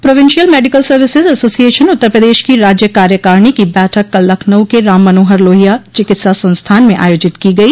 provincial medical services association Uttar Pradesh के राज्य कार्यकारिणी की बैठक कल लखनऊ के राम मनोहर लोहिया चिकित्सा संस्थान में आयोजित की गई